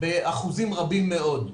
באחוזים רבים מאוד,